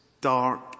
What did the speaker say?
dark